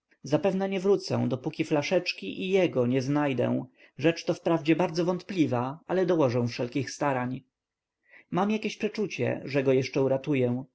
nie wrócę dopóki flaszeczki i jego nie znajdę rzecz to wprawdzie bardzo wątpliwa ale dołożę wszelkich starań mam jakieś przeczucie że go jeszcze uratuję